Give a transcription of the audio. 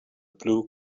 blue